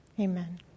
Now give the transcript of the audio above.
Amen